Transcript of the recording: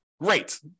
great